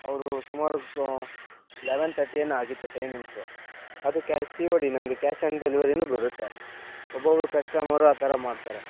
ಅವರು ಸುಮಾರು eleven thirty ಏನೋ ಆಗಿತ್ತು ಟೈಮಿಂಗ್ಸು ಅದಕ್ಕೆ ಸಿ ಒ ಡಿ ನಮಗೆ ಕ್ಯಾಶ್ ಆನ್ ಡೆಲವರಿನೂ ಬಿಡುತ್ತೆ ಒಬ್ಬೊಬ್ಬರು ಕಸ್ಟಮರು ಆ ಥರ ಮಾಡ್ತಾರೆ